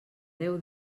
deu